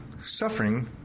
suffering